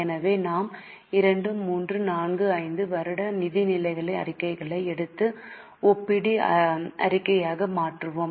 எனவே நாம் 2 3 4 5 வருட நிதிநிலை அறிக்கைகளை எடுத்து ஒப்பீட்டு அறிக்கையாக மாற்றுகிறோம்